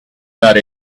that